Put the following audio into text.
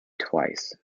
twice